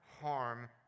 harm